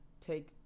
Take